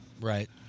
Right